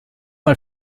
mal